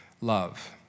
love